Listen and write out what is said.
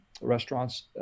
restaurants